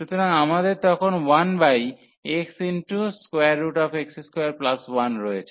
সুতরাং আমাদের তখন 1xx21 রয়েছে